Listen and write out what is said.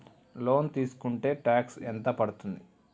Loan తీస్కుంటే tax ఎంత పడ్తుంది?